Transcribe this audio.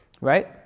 right